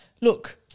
look